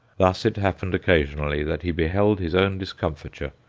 thus it happened occasionally that he beheld his own discomfiture,